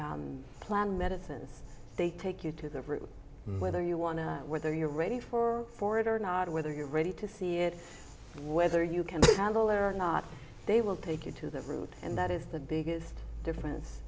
and plan medicine is they take you to the root whether you want to whether you're ready for for it or not whether you're ready to see it whether you can handle it or not they will take you to the root and that is the biggest difference